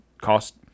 cost